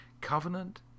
Covenant